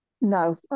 No